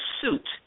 suit